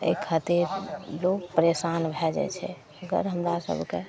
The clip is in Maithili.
एहि खातिर लोक परेशान भै जाइ छै अगर हमरा सभकेँ